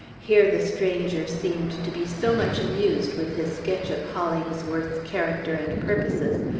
here the stranger seemed to be so much amused with his sketch of hollingsworth's character and purposes,